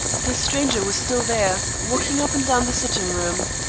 the stranger was still there, walking up and down the sitting-room.